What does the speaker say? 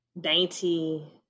dainty